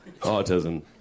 autism